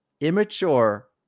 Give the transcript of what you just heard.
immature